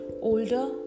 older